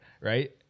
right